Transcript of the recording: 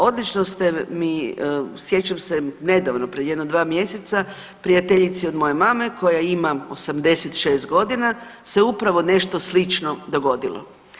Odlično ste mi sjećam se nedavno pred jedno dva mjeseca, prijateljici od moje mame koja ima 86 godina se upravo nešto slično dogodilo.